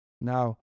Now